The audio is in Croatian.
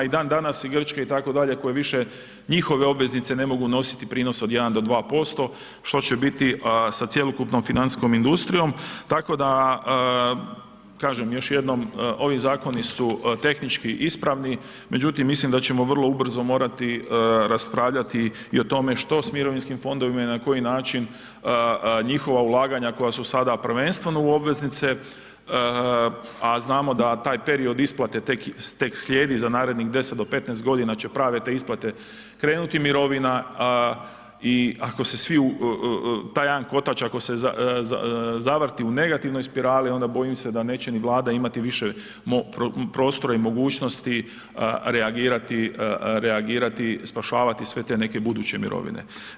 I dan danas, i Grčka, itd., koja više njihove obveznice ne mogu nositi prinos od 1-2%, što će biti sa cjelokupnom financijskom industrijom, tako da, kažem, još jednom, ovi zakoni su tehnički ispravni, međutim, mislim da ćemo vrlo ubrzo morati raspravljati i o tome što s mirovinskim fondovima i na koji način njihova ulaganja koja su sada prvenstveno u obveznice, a znamo da taj period isplate tek slijedi za narednih 10-15 godina će prave te isplate krenuti mirovina i ako se svi u taj jedan kotač, ako se zavrti u negativnoj spirali, onda, bojim se da neće ni Vlada imati više prostora i mogućnosti reagirati, spašavati sve te neke buduće mirovine.